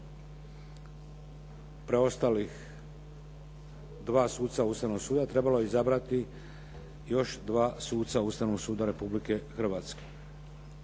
preostalih dva suca Ustavnog suda trebalo je izabrati još dva suca Ustavnog suda Republike Hrvatske.